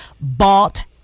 bought